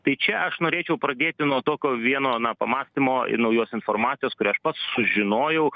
tai čia aš norėčiau pradėti nuo tokio vieno na pamąstymo naujos informacijos kurią aš pats sužinojau